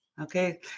Okay